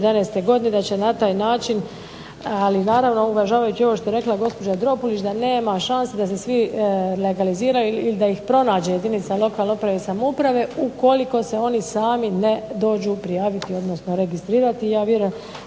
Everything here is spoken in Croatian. godine i da će na taj način, ali naravno uvažavajući ovo što je rekla gospođa Dropulić da nema šanse da se svi legaliziraju ili da ih pronađe jedinica lokalne uprave i samouprave ukoliko se oni sami ne dođu prijaviti, odnosno registrirati.